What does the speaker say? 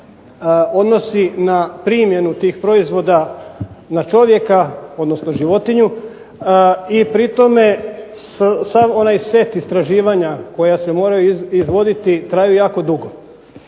odnosi na primjenu tih proizvoda na čovjeka, odnosno životinju i pri tome sav onaj set istraživanja koja se moraju izvoditi traju jako dugo.